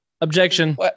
Objection